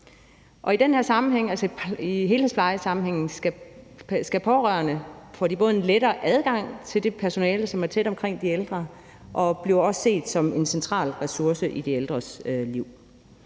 I helhedsplejesammenhængen får de pårørende både en lettere adgang til det personale, som er tæt omkring de ældre, og bliver også set som en central ressource i de ældres liv.